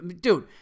Dude